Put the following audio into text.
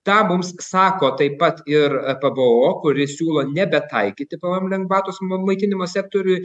tą mums sako taip pat ir pbo kuri siūlo nebetaikyti pvm lengvatos m maitinimo sektoriui